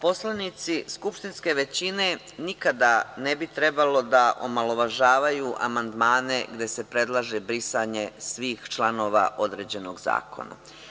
Poslanici skupštinske većine nikada ne bi trebalo da omalovažavaju amandmane gde se predlaže brisanje svih članova određenog zakona.